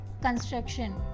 construction